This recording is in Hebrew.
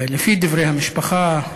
לפי דברי המשפחה,